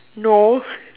no